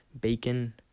bacon